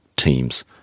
Teams